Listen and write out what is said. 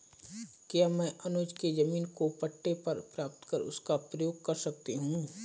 क्या मैं अनुज के जमीन को पट्टे पर प्राप्त कर उसका प्रयोग कर सकती हूं?